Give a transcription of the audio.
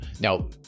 Now